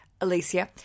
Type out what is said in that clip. Alicia